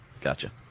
Gotcha